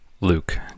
Luke